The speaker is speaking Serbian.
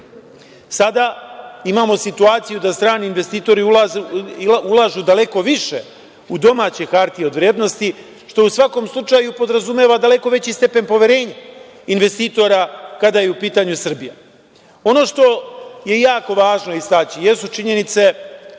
Sada imamo situaciju da strani investitori ulažu daleko više u domaće hartije od vrednosti, što u svakom slučaju podrazumeva daleko veći stepen poverenja investitora, kada je u pitanju Srbija. Ono što je jako važno istaći jesu činjenice